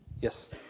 Yes